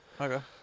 okay